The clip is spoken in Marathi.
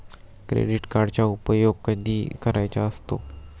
क्रेडिट कार्डचा उपयोग कधी करायचा असतो?